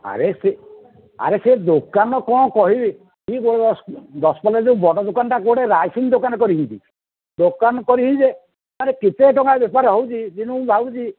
ଆରେ ସେ ଆରେ ସେ ଦୋକାନ କ'ଣ କହିବି କି ଦଶପଲ୍ଲାରେ ଯେଉଁ ବଡ଼ ଦୋକାନଟା କୁଆଡ଼େ ରାଇସିଂ ଦୋକାନ କରିଛନ୍ତି ଦୋକାନ କରିଛନ୍ତି ଯେ ଆରେ କେତେ ଟଙ୍କା ବେପାର ହେଉଛି ଦିନକୁ ଭାବୁଛି